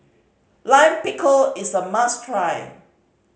Lime Pickle is a must try